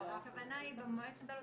הכוונה היא שבמועד שנודע לו,